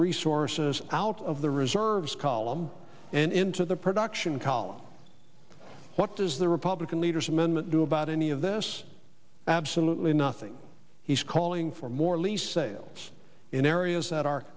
resources out of the reserves column and into the production column what does the republican leader's amendment do about any of this absolutely nothing he's calling for more lease sales in areas that are